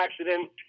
accident